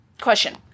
Question